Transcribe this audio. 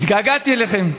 התגעגעתי אליכם.